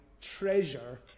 treasure